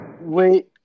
Wait